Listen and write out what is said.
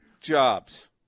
jobs